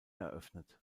eröffnet